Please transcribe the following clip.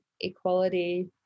equality